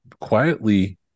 quietly